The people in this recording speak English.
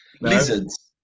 Lizards